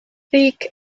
riik